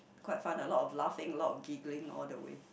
quite fun a lot of laughing a lot of giggling all the way